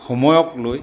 সময়ক লৈ